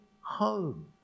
home